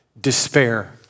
despair